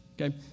okay